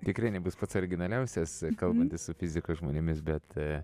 tikrai nebus pats originaliausias kalbantis su fizikos žmonėmis bet